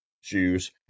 shoes